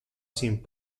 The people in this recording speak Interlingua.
sin